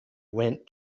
went